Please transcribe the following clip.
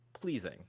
pleasing